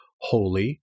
holy